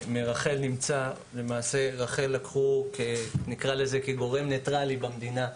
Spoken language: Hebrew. למעשה רח"ל לקחו, כגורם ניטרלי במדינה,